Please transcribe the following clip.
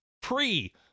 pre